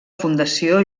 fundació